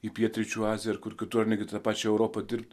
į pietryčių aziją kur kitur ne kitą pačią europą dirbti